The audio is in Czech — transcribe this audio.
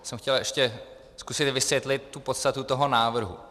Já jsem chtěl ještě zkusit vysvětlit podstatu toho návrhu.